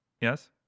Yes